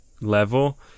level